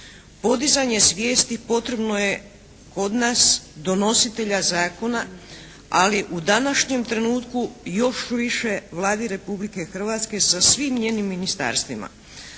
Podizanje svijesti potrebno je kod nas donositelja zakona ali u današnjem trenutku još više Vladi Republike Hrvatske sa svim njenim ministarstvima.